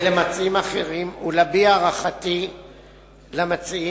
הורוביץ ולמציעים האחרים ולהביע הערכתי למציעים